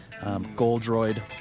Goldroid